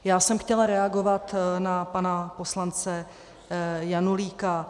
Já jsem chtěla reagovat na pana poslance Janulíka.